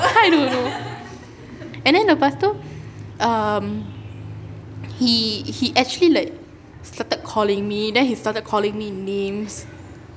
I don't know and then lepas tu um he he actually like started calling me then he started calling me names